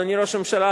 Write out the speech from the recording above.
אדוני ראש הממשלה,